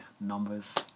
numbers